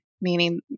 meaning